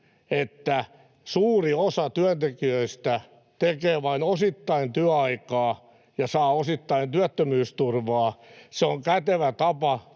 että suuri osa työntekijöistä tekee vain osittain työaikaa ja saa osittain työttömyysturvaa? Se on kätevä tapa